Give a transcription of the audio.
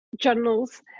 journals